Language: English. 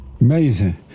Amazing